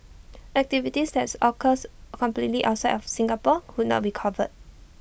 activities that occurs completely outside of Singapore would not be covered